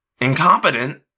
Incompetent